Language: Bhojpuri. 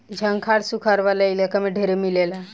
झंखाड़ सुखार वाला इलाका में ढेरे मिलेला